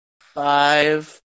Five